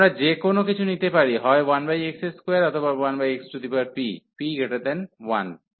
আমরা যে কোনও কিছু নিতে পারি হয় 1x2অথবা 1xpp1 এটি গ্রহণ করার কারণ কী